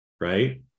right